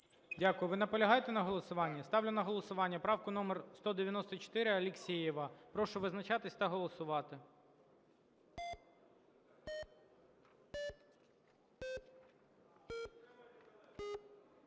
Дякую. Ви наполягаєте на голосуванні? Ставлю на голосування правку номер 194 Алєксєєва. Прошу визначатися та голосувати.